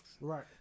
Right